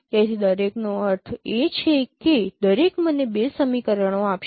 તેથી દરેકનો અર્થ એ છે કે દરેક મને 2 સમીકરણો આપશે